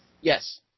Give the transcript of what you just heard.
Yes